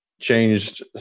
changed